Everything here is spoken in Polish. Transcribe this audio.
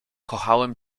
kochałem